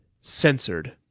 censored